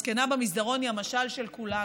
הזקנה במסדרון היא המשל של כולנו.